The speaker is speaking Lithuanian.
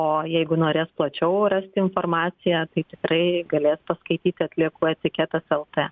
o jeigu norės plačiau rasti informaciją tai tikrai galės paskaityti atliekų etiketas lt